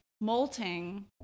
molting